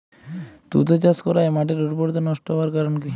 তুতে চাষ করাই মাটির উর্বরতা নষ্ট হওয়ার কারণ কি?